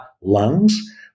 lungs